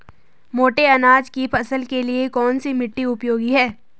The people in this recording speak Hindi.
मोटे अनाज की फसल के लिए कौन सी मिट्टी उपयोगी है?